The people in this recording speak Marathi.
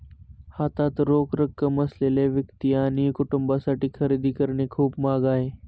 हातात रोख रक्कम असलेल्या व्यक्ती आणि कुटुंबांसाठी खरेदी करणे खूप महाग आहे